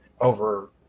over